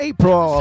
April